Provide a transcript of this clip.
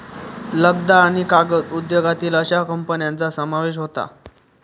लगदा आणि कागद उद्योगातील अश्या कंपन्यांचा समावेश होता